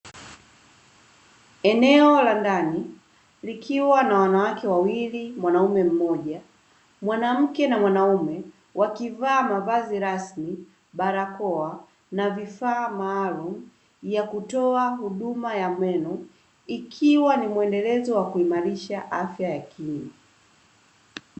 Eneo la ndani likiwa na wanawake wawili mwanaume mmoja, mwanamke na mwanaume wakivaa mavazi rasmi, barakoa na vifaa maalumu ya kutoa huduma ya meno. Ikiwa ni muendelezo wa kuimarisha afya ya kinywa.